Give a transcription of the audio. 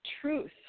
truth